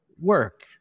work